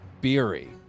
Beery